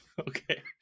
Okay